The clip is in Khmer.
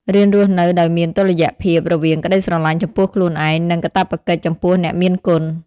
រៀនរស់នៅដោយមានតុល្យភាពរវាង "ក្តីស្រឡាញ់ចំពោះខ្លួនឯង" និង "កាតព្វកិច្ចចំពោះអ្នកមានគុណ"។